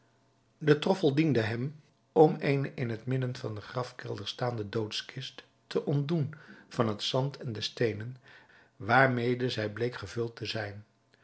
de troffel diende hem om eene in het midden van den grafkelder staande doodskist te ontdoen van het zand en de steenen waarmede zij bleek gevuld te zijn